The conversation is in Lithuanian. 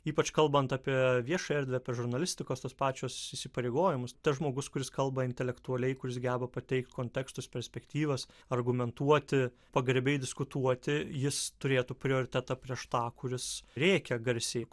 ypač kalbant apie viešąją erdvę apie žurnalistikos tos pačios įsipareigojimus tas žmogus kuris kalba intelektualiai kuris geba pateikt kontekstus perspektyvas argumentuoti pagarbiai diskutuoti jis turėtų prioritetą prieš tą kuris rėkia garsiai